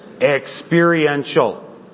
experiential